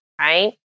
Right